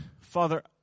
Father